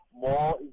more